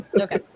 Okay